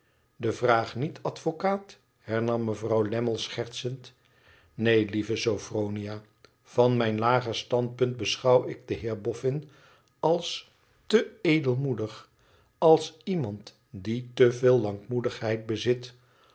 de vraag niet advocaat hernam mevrouw lammie schertsend neen lieve sophronia van mijn lager standpunt beschouw ik den heer boffin als te edelmoedig als iemand die te veel lankmoedigheid bezit